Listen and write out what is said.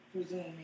Presume